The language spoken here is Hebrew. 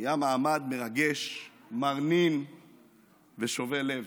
היה מעמד מרגש, מרנין ושובה לב,